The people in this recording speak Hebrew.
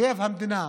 אויב המדינה.